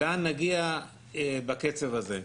לאן נגיע בקצב הזה?